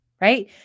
right